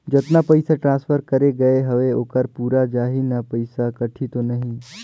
जतना पइसा ट्रांसफर करे गये हवे ओकर पूरा जाही न पइसा कटही तो नहीं?